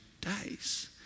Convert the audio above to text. days